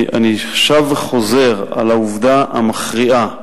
אני שב וחוזר על העובדה המכריעה,